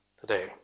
today